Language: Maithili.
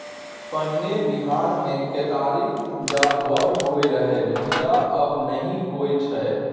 पहिने बिहार मे केतारीक उपजा बड़ होइ रहय मुदा आब नहि होइ छै